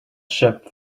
ship